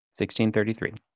1633